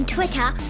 Twitter